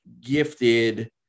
gifted